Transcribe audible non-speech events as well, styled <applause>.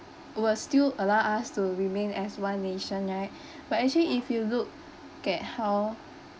were still allow us to remain as one nation right <breath> but actually if you look at how